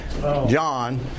John